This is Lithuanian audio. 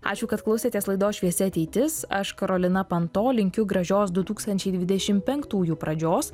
ačiū kad klausėtės laidos šviesi ateitis aš karolina panto linkiu gražios du tūkstančiai dvidešim penktųjų pradžios